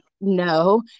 no